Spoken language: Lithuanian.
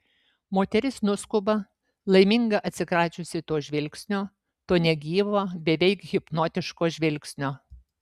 moteris nuskuba laiminga atsikračiusi to žvilgsnio to negyvo beveik hipnotiško žvilgsnio